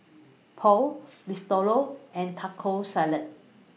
Pho Risotto No and Taco Salad